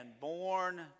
born